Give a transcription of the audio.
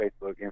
Facebook